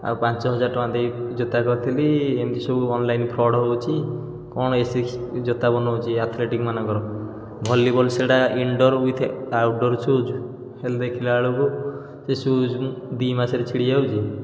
ଆଉ ପାଞ୍ଚ ହଜାର ଟଙ୍କା ଦେଇ ଜୋତା କରିଥିଲି ଏମିତି ସବୁ ଅନଲାଇନ୍ ଫ୍ରଡ଼୍ ହେଉଛି କ'ଣ ଏସିକ୍ସ ଜୋତା ବନଉଛି ଆଥ୍ଲେଟିକ୍ମାନଙ୍କର ଭଲିବଲ୍ ସେଇଟା ଇଣ୍ଡୋର୍ ଉଇଥ୍ ଆଉଟଡୋର୍ ସୁଜ୍ ହେଲେ ଦେଖିଲାବେଳକୁ ସୁଜ୍ ଦୁଇମାସରେ ଛିଡ଼ିଯାଉଛି